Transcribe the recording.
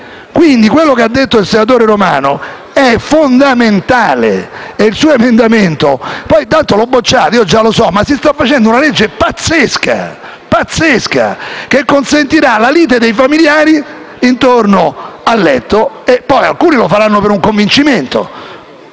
Quindi ciò che ha detto il senatore Romano è fondamentale come il suo emendamento, ma tanto lo respingerete, già lo so. Si sta facendo una legge pazzesca, che consentirà la lite dei familiari intorno al letto. Alcuni lo faranno per un convincimento